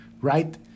Right